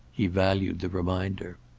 he valued the reminder.